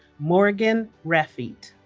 morgan reffeitt